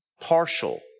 partial